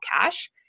cash